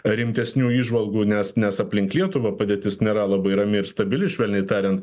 rimtesnių įžvalgų nes nes aplink lietuvą padėtis nėra labai rami ir stabili švelniai tariant